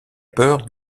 peur